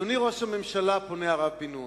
אדוני ראש הממשלה, פונה הרב בן-נון,